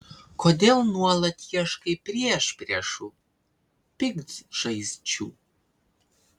kodėl nuolat ieškai priešpriešų piktžaizdžių